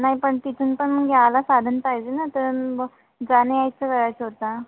नाही पण तिथून पण मग यायला साधन पाहिजे ना तर मग जाण्या यायचं करायचं होता